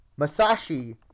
Masashi